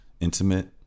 intimate